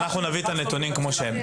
אנחנו נביא את הנתונים כמו שהם.